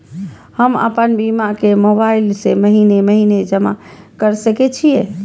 हम आपन बीमा के मोबाईल से महीने महीने जमा कर सके छिये?